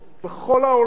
בכל העולם,